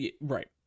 Right